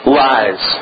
lies